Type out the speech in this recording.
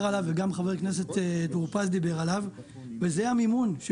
עליו וגם חבר הכנסת טור פז דיבר עליו וזה המימון.